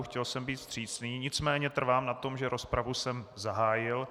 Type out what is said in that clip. Chtěl jsem být vstřícný, nicméně trvám na tom, že rozpravu jsem zahájil.